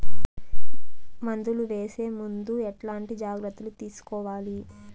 మందులు వేసే ముందు ఎట్లాంటి జాగ్రత్తలు తీసుకోవాలి?